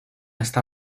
está